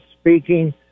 speaking